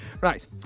Right